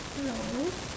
hello